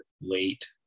late